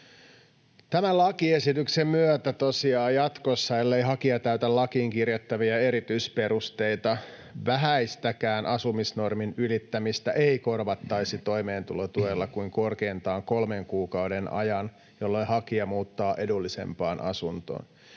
Tämän lakiesityksen myötä tosiaan jatkossa, ellei hakija täytä lakiin kirjattavia erityisperusteita, vähäistäkään asumisnormin ylittämistä ei korvattaisi toimeentulotuella kuin korkeintaan kolmen kuukauden ajan, jolloin hakija muuttaa edullisempaan asuntoon.